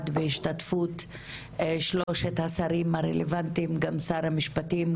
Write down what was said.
בהשתתפות שלושת השרים הרלוונטיים: גם שר המשפטים,